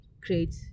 create